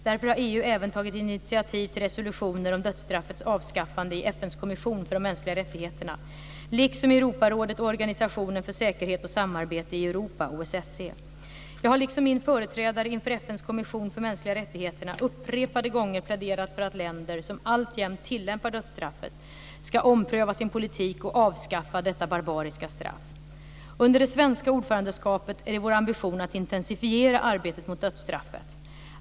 Därför har EU även tagit initiativ till resolutioner om dödsstraffets avskaffande i FN:s kommission för de mänskliga rättigheterna, liksom i Europarådet och Organisationen för säkerhet och samarbete i Europa - OSSE. Jag har liksom min företrädare inför FN:s kommission för mänskliga rättigheterna upprepade gånger pläderat för att länder som alltjämt tillämpar dödsstraffet ska ompröva sin politik och avskaffa detta barbariska straff. Under det svenska ordförandeskapet är det vår ambition att intensifiera arbetet mot dödsstraffet.